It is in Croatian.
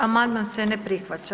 Amandman se ne prihvaća.